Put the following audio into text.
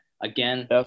again